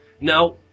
Now